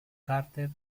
carter